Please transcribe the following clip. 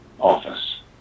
office